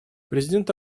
президент